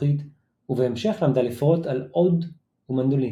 מפוחית ובהמשך למדה לפרוט על עוד ומנדולינה.